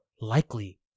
likely